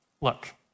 Look